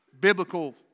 biblical